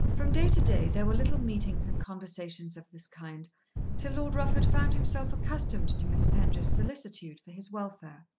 from day to day there were little meetings and conversations of this kind till lord rufford found himself accustomed to miss penge's solicitude for his welfare.